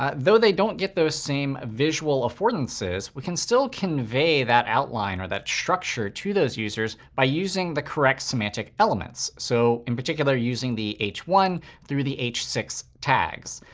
ah though they don't get those same visual affordances, we can still convey that outline or that structure to those users by using the correct semantic elements. so in particular, using the h one through the h six tags.